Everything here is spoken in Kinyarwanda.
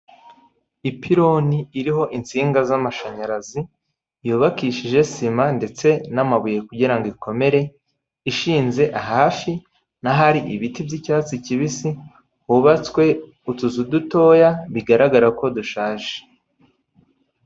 Ipironi iriho insinga z'amashanyarazi yubakishije sima ndetse n'amabuye kugirango ikomere ishinze ahafi n'ahari ibiti by'icyatsi kibisi hubatswe utuzu dutoya bigaragara ko dushaje.